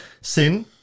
sin